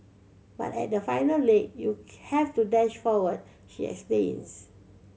but at the final leg you have to dash forward she